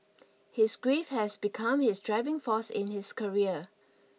his grief has become his driving force in his career